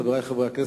חברי חברי הכנסת,